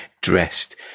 dressed